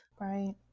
Right